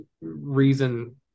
reason